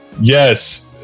yes